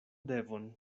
devon